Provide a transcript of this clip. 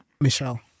Michelle